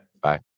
Bye